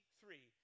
three